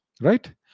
right